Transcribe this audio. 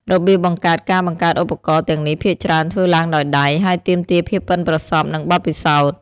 របៀបបង្កើតការបង្កើតឧបករណ៍ទាំងនេះភាគច្រើនធ្វើឡើងដោយដៃ ហើយទាមទារភាពប៉ិនប្រសប់ និងបទពិសោធន៍។